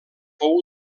fou